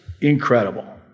incredible